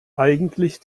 eigentlich